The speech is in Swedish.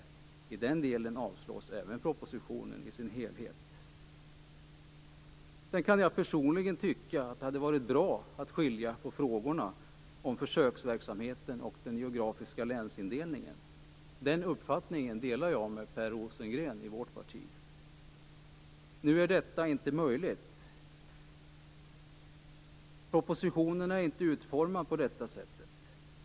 I den delen avslås även propositionen i sin helhet. Sedan kan jag personligen tycka att det hade varit bra att skilja på frågorna om försöksverksamheten och den geografiska länsindelningen. Den uppfattningen delar jag med Per Rosengren i vårt parti. Nu är detta inte möjligt. Propositionen är inte utformad på detta sätt.